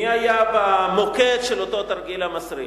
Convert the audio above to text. מי היה במוקד של אותו "תרגיל המסריח"?